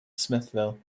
smithville